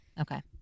okay